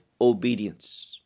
obedience